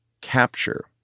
capture